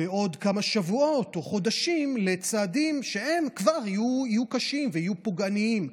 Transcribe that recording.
בעוד כמה שבועות או חודשים לצעדים שכבר יהיו קשים ופוגעניים,